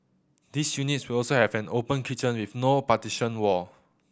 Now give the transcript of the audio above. these units will also have an open kitchen with no partition wall